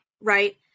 right